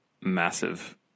massive